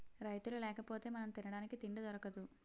రైతులు లేకపోతె మనం తినడానికి తిండి దొరకదు